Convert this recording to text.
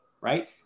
right